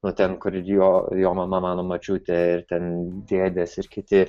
nu ten kur jo jo mano močiutė ir ten dėdės ir kiti